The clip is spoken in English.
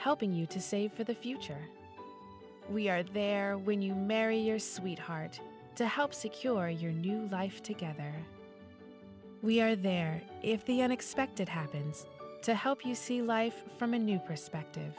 helping you to save for the future we are there when you marry your sweetheart to help secure your new life together we are there if the unexpected happens to help you see life from a new perspective